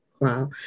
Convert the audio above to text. Wow